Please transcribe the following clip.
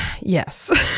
Yes